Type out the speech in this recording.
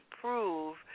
prove